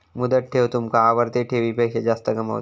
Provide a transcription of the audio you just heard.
मुदत ठेव तुमका आवर्ती ठेवीपेक्षा जास्त कमावता